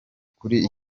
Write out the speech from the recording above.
kuri